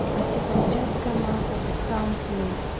as he had just come out of a sound sleep,